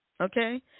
okay